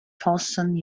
towson